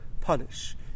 punish